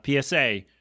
PSA